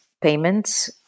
payments